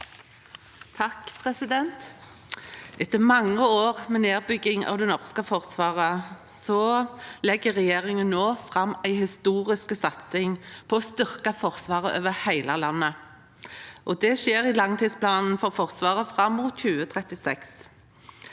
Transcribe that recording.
(Sp) Etter mange år med nedbygging av det norske forsvaret legger regjeringen nå fram en historisk satsing på å styrke Forsvaret over hele landet. Det skjer i langtidsplanen for Forsvaret fram mot 2036.